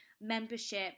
membership